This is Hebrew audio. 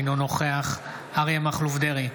אינו נוכח אריה מכלוף דרעי,